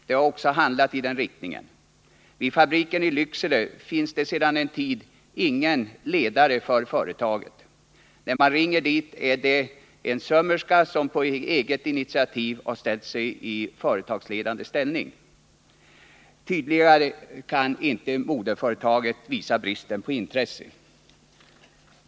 De har också handlat i den riktningen. Vid fabriken i Lycksele finns det sedan en tid ingen ledare för företaget. När man ringer dit visar det sig att det är en sömmerska som svarar och som på eget initiativ har ställt sig i företagsledande ställning. Tydligare kan moderföretaget inte visa sin brist på intresse.